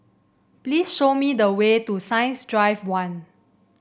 please show me the way to Science Drive One